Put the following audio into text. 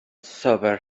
sobered